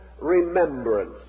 remembrance